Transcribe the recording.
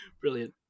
Brilliant